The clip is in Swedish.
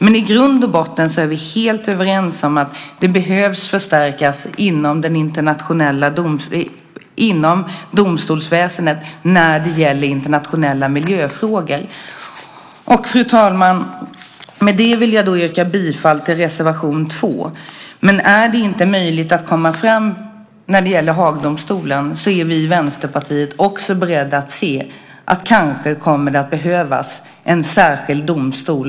Men i grund och botten är vi helt överens om att det behövs en förstärkning inom domstolsväsendet när det gäller internationella miljöfrågor. Fru talman! Med detta vill jag yrka bifall till reservation 2. Men är det inte möjligt att komma fram när det gäller Haagdomstolen är vi i Vänsterpartiet också beredda att se om det kommer att behövas en särskild domstol.